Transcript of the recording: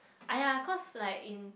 !aiya! cause like in